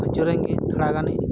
ᱟᱹᱪᱩᱨᱮᱱ ᱜᱤᱧ ᱛᱷᱚᱲᱟ ᱜᱟᱱᱤᱧ